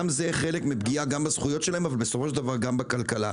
גם זה חלק מפגיעה בזכויות שלהם אבל בסופו של דבר גם בכלכלה.